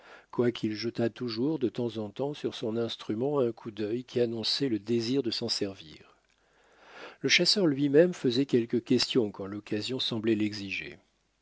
quoiqu'il jetât toujours de temps en temps sur son instrument un coup d'œil qui annonçait le désir de s'en servir le chasseur lui-même faisait quelques questions quand l'occasion semblait l'exiger